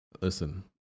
Listen